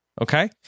Okay